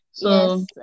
Yes